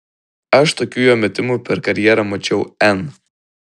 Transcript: aš tokių jo metimų per karjerą mačiau n